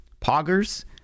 Poggers